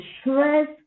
stress